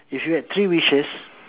if you had three wishes